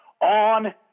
on